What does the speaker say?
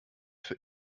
für